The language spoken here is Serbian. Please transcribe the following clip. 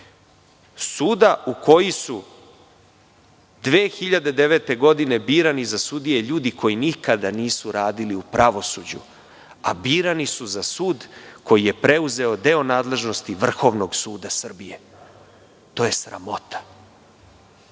suda u kojem su 2009. godine birani za sudije ljudi koji nikada nisu radili u pravosuđu, a birani su za sud koji je preuzeo deo nadležnosti Vrhovnog suda Srbije. To je sramota.